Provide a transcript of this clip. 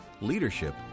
Leadership